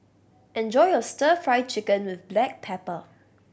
enjoy your Stir Fry Chicken with black pepper